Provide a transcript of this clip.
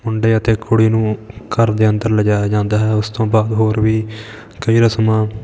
ਮੁੰਡੇ ਅਤੇ ਕੁੜੀ ਨੂੰ ਘਰ ਦੇ ਅੰਦਰ ਲਿਜਾਇਆ ਜਾਂਦਾ ਹੈ ਉਸ ਤੋਂ ਬਾਅਦ ਹੋਰ ਵੀ ਕਈ ਰਸਮਾਂ